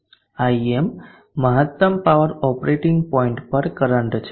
Im મહત્તમ power operating point પર current છે